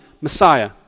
Messiah